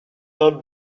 have